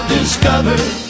discovered